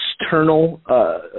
external